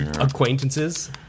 Acquaintances